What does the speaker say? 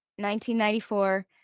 1994